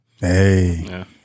Hey